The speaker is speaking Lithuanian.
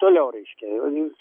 toliau reiškia